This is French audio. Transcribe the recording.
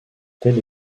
telle